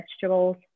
vegetables